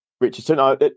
Richardson